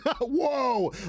Whoa